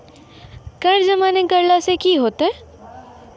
कर जमा नै करला से कि होतै?